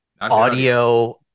audio